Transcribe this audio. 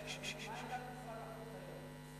מה עמדת משרד החוץ היום?